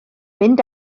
mynd